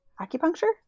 Acupuncture